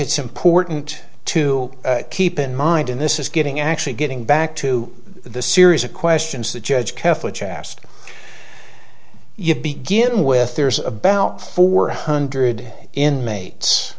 it's important to keep in mind in this is getting actually getting back to the series of questions the judge kept which i asked you begin with there's about four hundred inmates